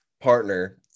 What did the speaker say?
partner